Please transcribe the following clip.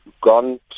gone